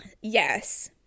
yes